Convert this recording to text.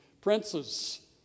princes